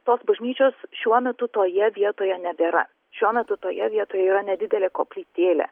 tos bažnyčios šiuo metu toje vietoje nebėra šiuo metu toje vietoje yra nedidelė koplytėlė